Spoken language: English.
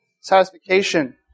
satisfaction